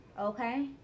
okay